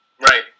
Right